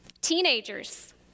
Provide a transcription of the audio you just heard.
Teenagers